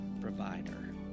provider